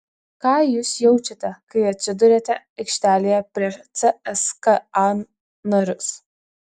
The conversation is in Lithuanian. ką jūs jaučiate kai atsiduriate aikštelėje prieš cska narius